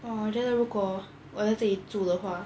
!wah! then 如果我在这里住的话